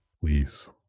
please